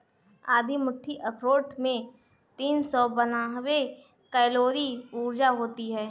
आधी मुट्ठी अखरोट में तीन सौ बानवे कैलोरी ऊर्जा होती हैं